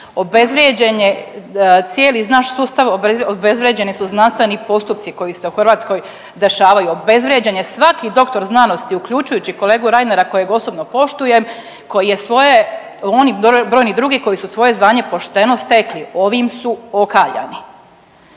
cijeli naš sustav, obezvrijeđeni su znanstveni postupci koji se u Hrvatskoj dešavaju, obezvrijeđen je svaki doktor znanosti, uključujući kolegu Reinera kojeg osobno poštujem, koji je svoje, on i brojni drugi koji su svoje